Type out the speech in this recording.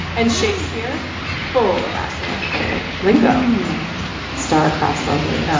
and shakespeare full of astrological lingo star crossed lovers.